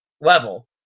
level